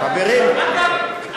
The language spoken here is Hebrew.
חברים,